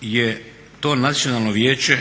je to Nacionalno vijeće